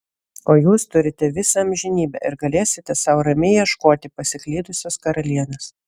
o jūs turite visą amžinybę ir galėsite sau ramiai ieškoti pasiklydusios karalienės